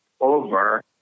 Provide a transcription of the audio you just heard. over